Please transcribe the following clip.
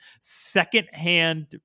secondhand